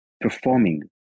performing